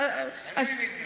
אני מיניתי אותו.